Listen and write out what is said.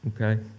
okay